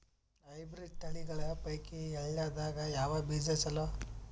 Hybrid ತಳಿಗಳ ಪೈಕಿ ಎಳ್ಳ ದಾಗ ಯಾವ ಬೀಜ ಚಲೋ?